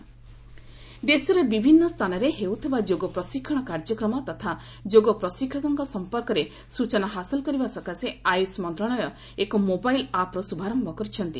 Ayush app ଦେଶର ବିଭିନ୍ନ ସ୍ଥାନରେ ହେଉଥବା ଯୋଗ ପ୍ରଶିକ୍ଷଣ କାର୍ଯ୍ୟକ୍ରମ ତଥା ଯୋଗ ପ୍ରଶିକ୍ଷକଙ୍କ ସମ୍ପର୍କରେ ସୂଚନା ହାସଲ କରିବା ସକାଶେ ଆୟୁଷ ମନ୍ତ୍ରଣାଳୟ ଏକ ମୋବାଇଲ ଆପ୍ର ଶୁଭାରମ୍ଭ କରିଛନ୍ତି